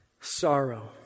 sorrow